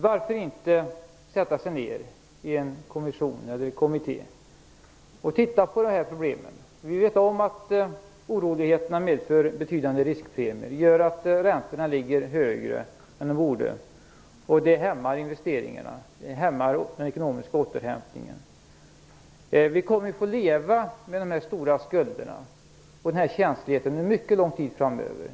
Varför inte sätta sig ned i en kommission eller kommitté och titta på problemet? Vi vet om att oroligheterna medför betydande riskpremier och gör att räntorna ligger högre än de borde. Det hämmar investeringarna. Det hämmar den ekonomiska återhämtningen. Vi kommer att få leva med dessa stora skulder och denna känslighet en mycket lång tid framöver.